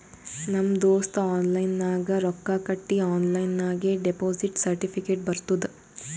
ನಮ್ ದೋಸ್ತ ಆನ್ಲೈನ್ ನಾಗ್ ರೊಕ್ಕಾ ಕಟ್ಟಿ ಆನ್ಲೈನ್ ನಾಗೆ ಡೆಪೋಸಿಟ್ ಸರ್ಟಿಫಿಕೇಟ್ ಬರ್ತುದ್